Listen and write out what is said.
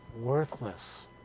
worthless